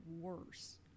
worse